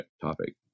topic